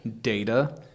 Data